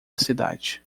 cidade